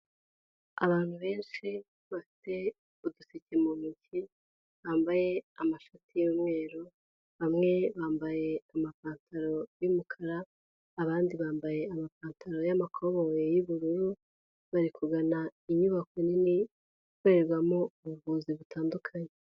Abantu benshi bafite uduseke mu ntoki, bambaye amashati y'umweru, bamwe bambaye amapantaro y'umukara, abandi bambaye amapantaro y'amakoboyi y'ubururu, bari kugana inyubako nini ikorerwamo ubuvuzi butandukanye.